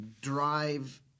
drive